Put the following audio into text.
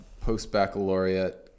post-baccalaureate